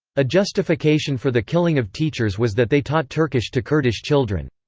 a justification for the killing of teachers was that they taught turkish to kurdish children.